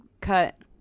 cut